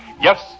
Yes